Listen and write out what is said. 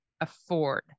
afford